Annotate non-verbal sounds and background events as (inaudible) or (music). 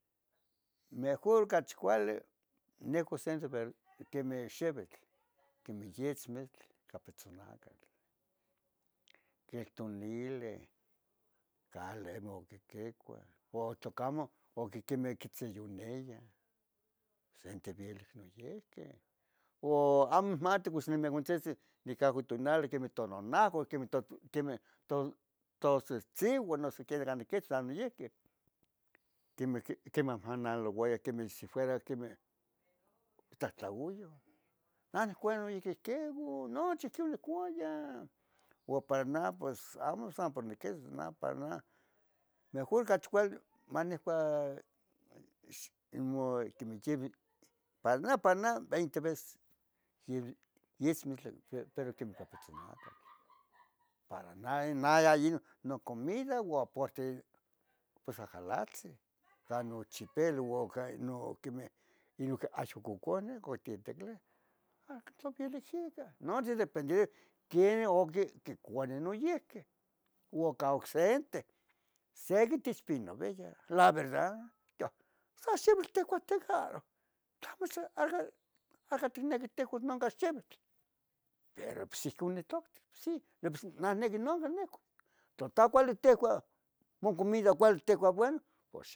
Mejor cachi cuali necuas se quemen xivitl, quemeh yetzmitl ica pitzonacatl, queltonilen cale moquiquicua porque tlamo o quiquemeh quitziyoniah sentivilis noyihqui, oh, amo mati pos nimehuantzitzin nicahco tunali quemeh tununahco quemeh tos, tostzetziuan nose que can niquita noyihque quimeh quinahmanolouayan queme si fuera quemeh tlahtlaoyoh uan yen non niquehquiuo nochi ihquin aya, una para nah amo san por niquihtos nah para nah mejor cachi cuali manicua ixmoquimichivi, para nah, para nah veinte veces givi, ismi pero quemeh ica (noise) pitzonacatl. Para nah ya inon no comida uan pos ajalatzin can ochipelo uan no quemeh axan coconeh gon tiqueliah (unintelligible) nochi dependiendo quenin quicua noyihqui o can ocsenteh sequi texpinavillah la verdad, toah xa xivitl tecuahtecah, tlamo sa aco ticnequi ticuas noncan xivitl, pero, ihcon nitoctih pos sì, noh niqui non nivas, totacuali ticua mocomida cuali ticua bueno, pos